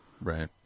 Right